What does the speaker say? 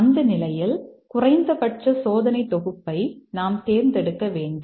அந்த நிலையில் குறைந்தபட்ச சோதனை தொகுப்பை நாம் தேர்ந்தெடுக்க வேண்டும்